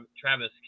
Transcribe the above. Travis